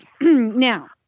now